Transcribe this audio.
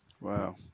Wow